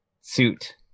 suit